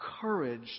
courage